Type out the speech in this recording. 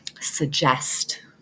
suggest